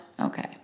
Okay